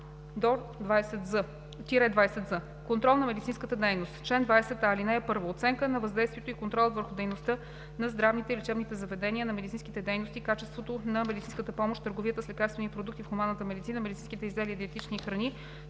чл. 20а – 20з: „Контрол на медицинската дейност“ „Чл. 20а. (1) Оценка на въздействието и контролът върху дейността на здравните и лечебните заведения, на медицинските дейности, качеството на медицинската помощ, търговията с лекарствени продукти в хуманната медицина, медицински изделия и диетични храни